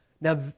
now